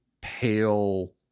pale